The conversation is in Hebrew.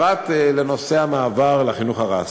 פרט לנושא המעבר לחינוך הרשמי.